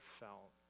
felt